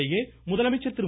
இதனிடையே முதலமைச்சர் திரு